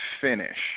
finish